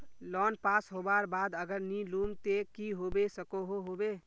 Loan pass होबार बाद अगर नी लुम ते की होबे सकोहो होबे?